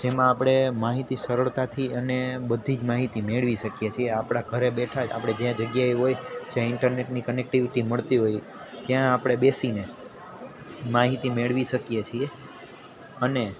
જેમાં આપણે માહિતી સરળતાથી અને બધી જ માહિતી મેળવી શકીએ છીએ આપણા ઘરે બેઠા જ આપણે જે જગ્યાએ હોય જ્યાં ઈન્ટરનેટની કનેક્ટિવિટી મળતી હોય ત્યાં આપણે બેસીને માહિતી મેળવી શકીએ છીએ અને